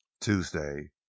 Tuesday